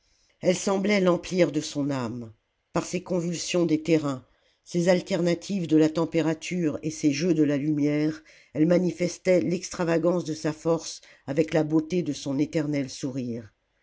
elle semblait l'emplir de son âme par ces convulsions des terrains ces alternatives de la température et ces jeux de la lumière elle manifestait l'extravagance de sa force avec la beauté de son éternel sourire